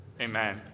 Amen